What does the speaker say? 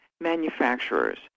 manufacturers